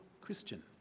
Christian